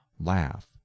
laugh